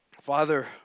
Father